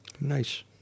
Nice